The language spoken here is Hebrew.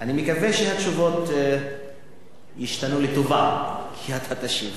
אני מקווה שהתשובות ישתנו לטובה כי אתה תשיב.